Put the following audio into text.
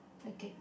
okay